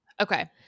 Okay